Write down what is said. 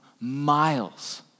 miles